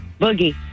Boogie